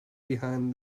behind